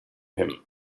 him